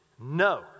No